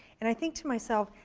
and i think to myself,